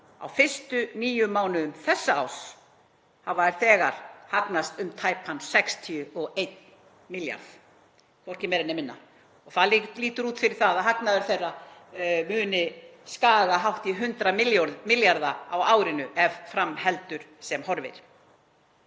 á fyrstu níu mánuðum þessa árs hafa þeir þegar hagnast um tæpan 61 milljarð, hvorki meira né minna, og það lítur út fyrir að hagnaður þeirra muni skaga hátt í 100 milljarða á árinu ef fram heldur sem horfir.